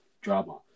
drama